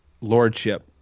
lordship